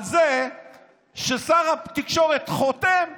על זה ששר התקשורת חותם לבזק,